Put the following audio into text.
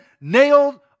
nailed